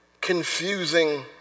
confusing